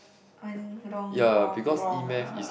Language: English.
one wrong all wrong